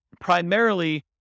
primarily